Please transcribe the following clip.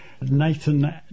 Nathan